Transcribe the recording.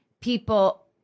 people